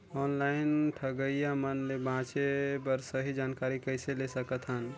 Online ठगईया मन ले बांचें बर सही जानकारी कइसे ले सकत हन?